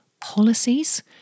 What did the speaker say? policies